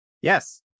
Yes